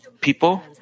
people